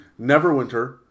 Neverwinter